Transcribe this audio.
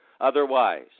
Otherwise